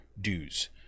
dues